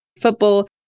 Football